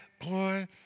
boy